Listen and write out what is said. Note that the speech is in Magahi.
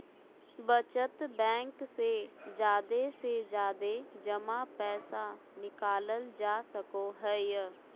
बचत बैंक से जादे से जादे जमा पैसा निकालल जा सको हय